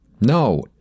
No